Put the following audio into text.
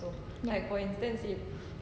ya